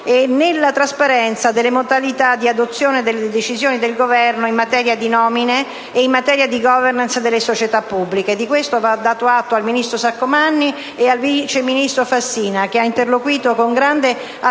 e nella trasparenza delle modalità di adozione delle decisioni del Governo in materia sia di nomine sia di *governance* delle società pubbliche. Di questo va dato atto al ministro Saccomanni e al vice ministro Fassina, che ha interloquito con grande attenzione